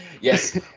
Yes